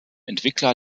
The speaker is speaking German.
entwickler